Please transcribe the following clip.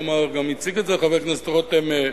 כלומר, גם הציג את זה חבר הכנסת רותם,